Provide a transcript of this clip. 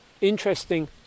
interesting